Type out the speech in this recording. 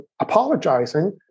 apologizing